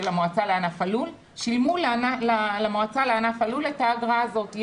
המועצה לענף הלול שילמו למועצה לענף הלול את האגרה הזאת.